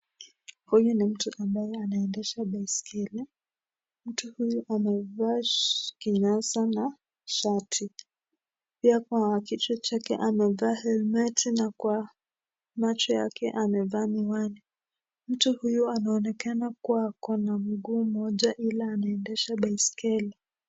Huyu ni mtu ambaye anaendesha baiskeli mtu huyu amevaa kinyasa na shati, pia kwa kichwa chake amevaa helmeti na kwa macho yake amevaa miwani ,mtu huyu anaonekana kuwa ako na mguu mmoja ila anaendesha baiskeli.